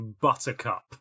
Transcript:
Buttercup